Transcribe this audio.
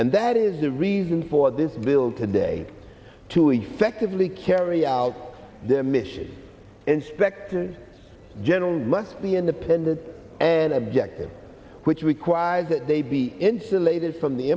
and that is the reason for this bill today to effectively carry out the mission inspectors general must be independent and objective which requires that they be insulated from the